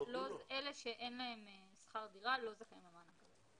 אלה שאין להם שכר דירה לא זכאים למענק הזה.